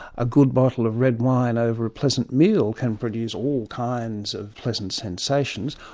a good bottle of red wine over a pleasant meal can produce all kinds of pleasant sensations,